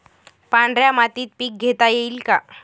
पांढऱ्या मातीत पीक घेता येईल का?